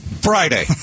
Friday